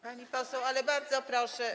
Pani poseł, ale bardzo proszę.